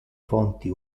fonti